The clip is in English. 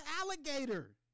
alligator